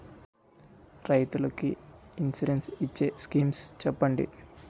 రైతులు కి ఇన్సురెన్స్ ఇచ్చే స్కీమ్స్ చెప్పండి?